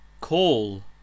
Call